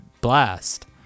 blast